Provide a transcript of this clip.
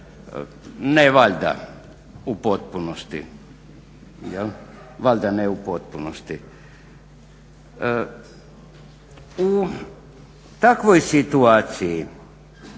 Ne valjda u potpunosti jel valjda ne u potpunosti. U takvoj situaciji